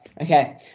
Okay